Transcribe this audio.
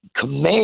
command